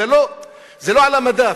זה לא על המדף,